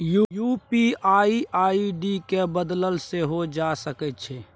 कि UPI ID केँ बदलल सेहो जा सकैत छै?